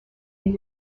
est